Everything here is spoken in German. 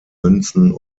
münzen